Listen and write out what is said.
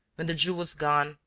when the jew was gone,